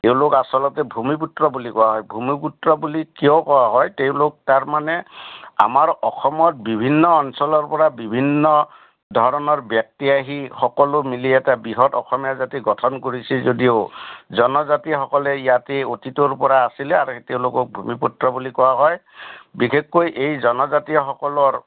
তেওঁলোক আচলতে ভূমিপুত্ৰ বুলি কোৱা হয় ভূমিপুত্ৰ বুলি কিয় কোৱা হয় তেওঁলোক তাৰমানে আমাৰ অসমত বিভিন্ন অঞ্চলৰপৰা বিভিন্ন ধৰণৰ ব্যক্তি আহি সকলো মিলি এটা বৃহৎ অসমীয়া জাতি গঠন কৰিছে যদিও জনজাতিসকলে ইয়াতে অতীতৰপৰা আছিলে আৰু তেওঁলোকক ভূমিপুত্ৰ বুলি কোৱা হয় বিশেষকৈ এই জনজাতিসকলৰ